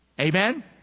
Amen